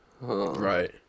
Right